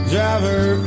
Driver